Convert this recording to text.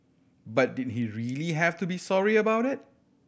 but did he really have to be sorry about it